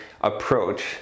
approach